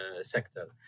sector